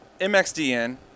MXDN